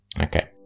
Okay